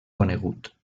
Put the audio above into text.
conegut